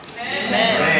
Amen